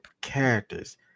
characters